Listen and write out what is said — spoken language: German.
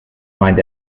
meint